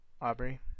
Aubrey